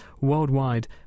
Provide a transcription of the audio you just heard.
worldwide